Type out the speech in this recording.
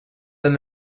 them